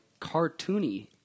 cartoony